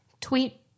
tweet